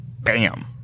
bam